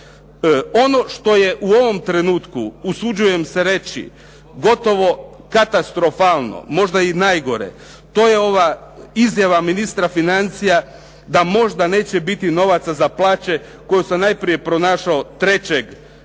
Ono što je u ovom trenutku usuđujem se reći, gotovo katastrofalno, možda i najgore, to je ova izjava ministra financija da možda neće biti novaca za plaće koju sam najprije pronašao na